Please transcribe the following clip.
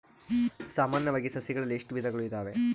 ಸಾಮಾನ್ಯವಾಗಿ ಸಸಿಗಳಲ್ಲಿ ಎಷ್ಟು ವಿಧಗಳು ಇದಾವೆ?